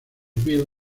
bill